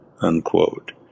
unquote